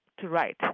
to write,